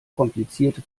komplizierte